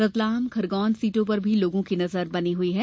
रतलाम खरगोन सीटों पर भी लोगों की नजर बनी हुई है